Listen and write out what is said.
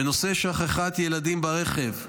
בנושא שכחת ילדים ברכב,